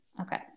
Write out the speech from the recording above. Okay